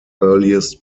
earliest